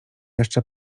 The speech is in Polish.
jeszcze